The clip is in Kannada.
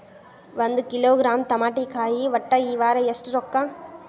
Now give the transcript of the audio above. ಒಂದ್ ಕಿಲೋಗ್ರಾಂ ತಮಾಟಿಕಾಯಿ ಒಟ್ಟ ಈ ವಾರ ಎಷ್ಟ ರೊಕ್ಕಾ?